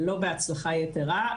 לא בהצלחה יתרה,